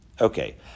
Okay